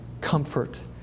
Comfort